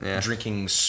drinking